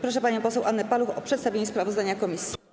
Proszę panią poseł Annę Paluch o przedstawienie sprawozdania komisji.